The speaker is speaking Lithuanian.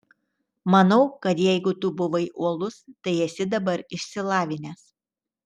manau kad jeigu tu buvai uolus tai esi dabar išsilavinęs